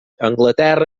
anglaterra